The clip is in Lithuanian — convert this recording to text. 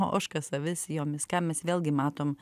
ožkas avis jomis ką mes vėlgi matom